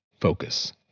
Focus